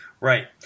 Right